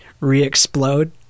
re-explode